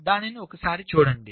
దాన్ని ఒకసారి చూడండి